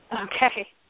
Okay